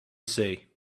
say